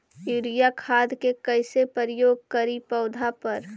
Urea खाद के कैसे प्रयोग करि पौधा पर?